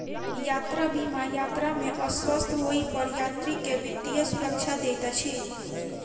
यात्रा बीमा यात्रा में अस्वस्थ होइ पर यात्री के वित्तीय सुरक्षा दैत अछि